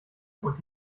und